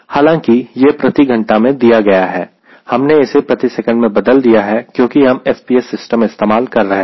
हालांकि यह प्रति घंटा मे दिया गया है हमने इसे प्रति सेकेंड में बदल दिया है क्योंकि हम FPS सिस्टम इस्तेमाल कर रहे हैं